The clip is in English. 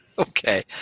okay